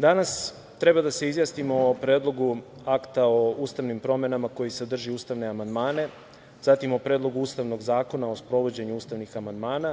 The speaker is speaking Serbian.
Danas treba da se izjasnimo o Predlogu Akta o ustavnim promenama koji sadrži ustavne amandmane, zatim o Predlogu Ustavnog zakona o sprovođenju ustavnih amandman,